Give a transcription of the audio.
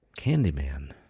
Candyman